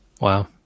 Wow